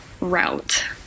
route